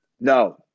No